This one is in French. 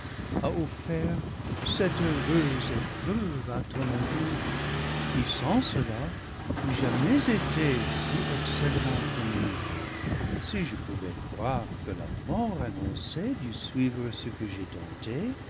a offert cette heureuse épreuve à ton amour qui sans cela n'eût jamais été si excellemment connu si je pouvais croire que la mort annoncée dût suivre ce que j'ai tenté